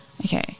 Okay